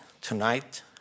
tonight